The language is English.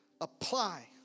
Apply